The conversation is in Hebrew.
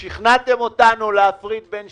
לא מקבלים שכר על אותם ימים שהם בבידוד,